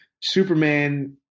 Superman